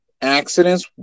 accidents